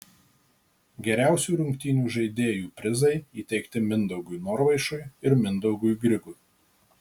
geriausių rungtynių žaidėjų prizai įteikti mindaugui norvaišui ir mindaugui grigui